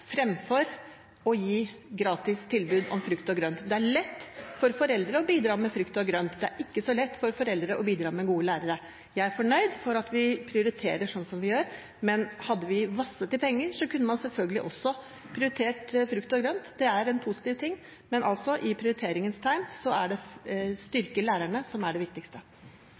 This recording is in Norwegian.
fremfor å gi gratis tilbud om frukt og grønt. Det er lett for foreldre å bidra med frukt og grønt, det er ikke så lett for foreldre å bidra med gode lærere. Jeg er fornøyd med at vi prioriterer sånn som vi gjør. Men hadde vi vasset i penger, kunne man selvfølgelig også prioritert frukt og grønt. Det er en positiv ting. Men i prioriteringens tegn er det å styrke lærerne som er det viktigste.